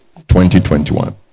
2021